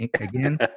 Again